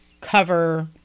cover